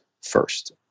first